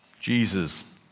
Jesus